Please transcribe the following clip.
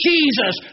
Jesus